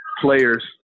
players